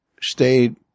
stayed